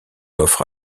offre